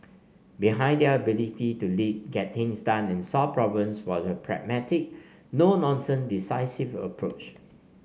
behind their ability to lead get things done and solve problems was a pragmatic no nonsense decisive approach